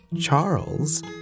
Charles